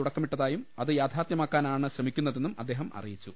തുടക്കമിട്ടതായും അത് യാഥാർത്ഥ്യമാക്കാനാണ് ശ്രമി ക്കുന്നതെന്നും അദ്ദേഹം അറിയിച്ചു